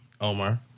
Omar